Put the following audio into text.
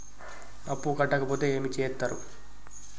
అప్పు కట్టకపోతే ఏమి చేత్తరు?